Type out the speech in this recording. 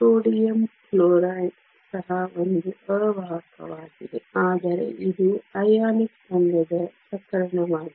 sodium chloride ಸಹ ಒಂದು ಅವಾಹಕವಾಗಿದೆ ಆದರೆ ಇದು ಅಯಾನಿಕ್ ಬಂಧದ ಪ್ರಕರಣವಾಗಿದೆ